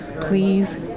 Please